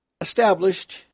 established